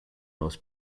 most